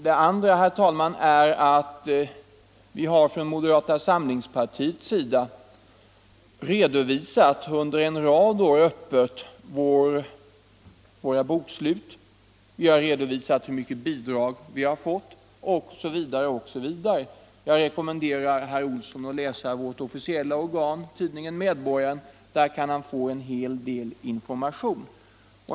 Det andra är att vi har från moderata samlingspartiets sida under en rad år öppet redovisat våra bokslut. Vi har redovisat hur mycket bidrag vi har fått osv. Jag rekommenderar herr Olsson att läsa vårt officiella organ, tidningen Medborgaren. Där kan han få en hel del information.